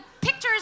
pictures